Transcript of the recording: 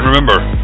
Remember